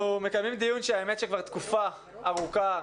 אנחנו מקיימים דיון שכבר תקופה ארוכה,